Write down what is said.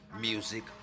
Music